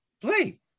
play